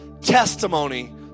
testimony